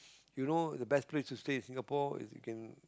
you know the best place to stay is Singapore as you can